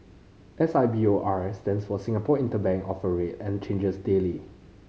S I B O R stands for Singapore Interbank Offer Rate and changes daily